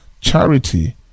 charity